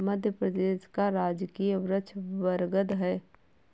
मध्य प्रदेश का राजकीय वृक्ष बरगद है